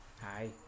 Hi